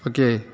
okay